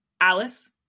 Alice